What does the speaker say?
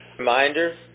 reminder